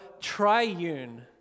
Triune